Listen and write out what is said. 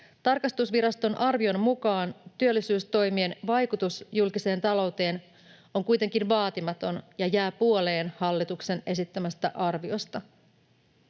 Tarkastusviraston arvion mukaan työllisyystoimien vaikutus julkiseen talouteen on kuitenkin vaatimaton ja jää puoleen hallituksen esittämästä arviosta.